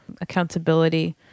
accountability